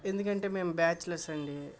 ఎందుకంటే మేము బ్యాచిలర్స్ అండి